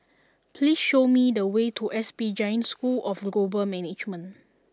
please show me the way to S P Jain School of Global Management